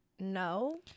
no